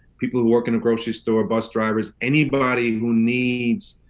people who work in a grocery store, bus drivers, anybody who needs,